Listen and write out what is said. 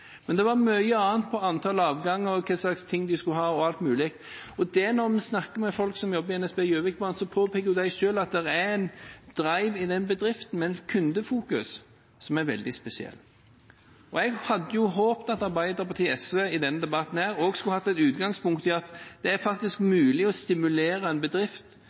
men det var mye annet: antall avganger og andre ting. Og når vi snakker med folk som jobber i NSB Gjøvikbanen, påpeker de selv at det er en «drive» i bedriften med et kundefokus som er veldig spesielt. Og jeg hadde håpet at Arbeiderpartiet og SV i denne debatten også kunne tatt utgangspunkt i at det faktisk er mulig å stimulere en bedrift